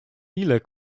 ile